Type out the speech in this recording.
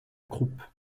croupes